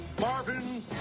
Marvin